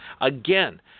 again